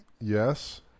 yes